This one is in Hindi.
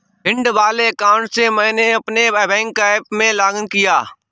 भिंड वाले अकाउंट से मैंने अपने बैंक ऐप में लॉग इन किया